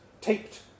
taped